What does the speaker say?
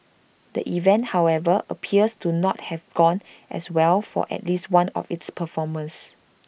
the event however appears to not have gone as well for at least one of its performers